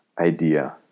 idea